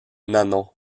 nanon